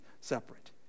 separate